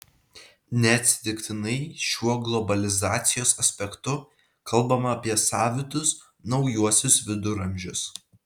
neatsitiktinai šiuo globalizacijos aspektu kalbama apie savitus naujuosius viduramžius